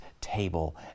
table